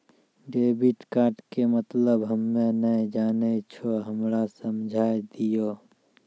Debit card के मतलब हम्मे नैय जानै छौ हमरा समझाय दियौ?